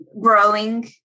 growing